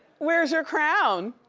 where's your crown?